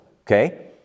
Okay